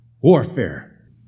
warfare